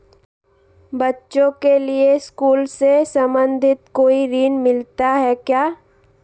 बच्चों के लिए स्कूल से संबंधित कोई ऋण मिलता है क्या?